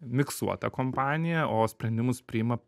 miksuota kompanija o sprendimus priima